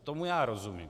Tomu já rozumím.